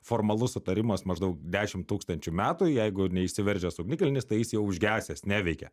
formalus sutarimas maždaug dešim tūkstančių metų jeigu neišsiveržęs ugnikalnis tai jis jau užgesęs neveikia